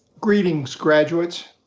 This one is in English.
greetings graduates.